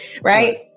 right